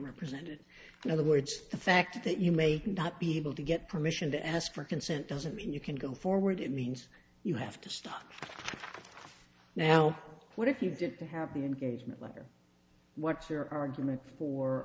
represented in other words the fact that you may not be able to get permission to ask for consent doesn't mean you can go forward it means you have to stop now what if you didn't have the engagement letter what's your argument for